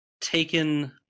taken